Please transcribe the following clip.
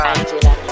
Angela